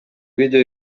видео